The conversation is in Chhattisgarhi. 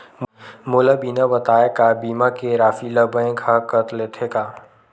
मोला बिना बताय का बीमा के राशि ला बैंक हा कत लेते का?